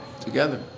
together